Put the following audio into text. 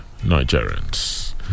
Nigerians